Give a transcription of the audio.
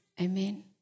Amen